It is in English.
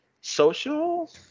social